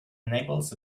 enables